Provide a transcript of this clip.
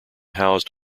housed